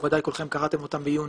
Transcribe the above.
ודאי כולכם קראתם בעיון